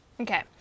Okay